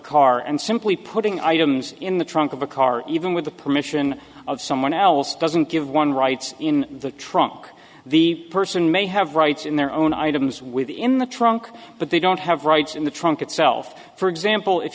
car and simply putting items in the trunk of a car even with the permission of someone else doesn't give one rights in the trunk the person may have rights in their own items with in the trunk but they don't have rights in the trunk itself for example if